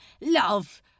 love